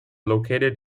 located